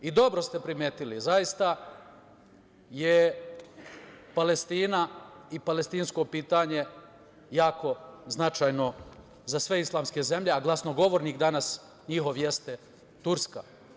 I dobro ste primetili, zaista je Palestina i palestinsko pitanje jako značajno za sve islamske zemlje, a glasnogovornik danas njihov jeste Turska.